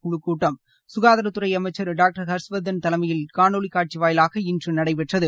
குழுக் கூட்டம் சுகாதாரத்துறை அமைச்சர் டாக்டர் ஹர்ஷவர்தன் தலைமையில் காணொலி காட்சி வாயிலாக இன்று நடைபெற்றது